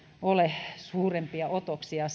ole suurempia otoksia